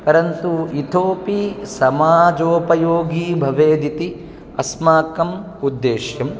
परन्तु इतोऽपि समाजोपयोगी भवेदिति अस्माकम् उद्देश्यम्